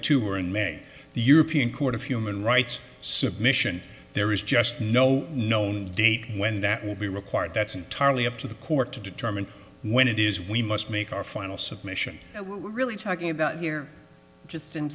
two were in may the european court of human rights submission there is just no known date when that will be required that's entirely up to the court to determine when it is we must make our final submission and we're really talking about here just in